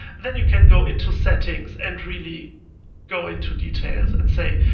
then you can go into settings and really go into details and say,